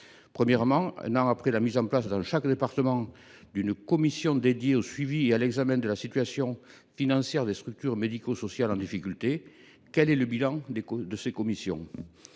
premier lieu, un an après la mise en place dans chaque département d’une commission dédiée au suivi et à l’examen de la situation financière des structures médico sociales en difficulté, quel est le bilan de ces commissions ?